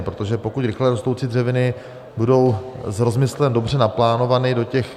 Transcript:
Protože pokud rychle rostoucí dřeviny budou s rozmyslem dobře naplánovány do těch...